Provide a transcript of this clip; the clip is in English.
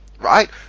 right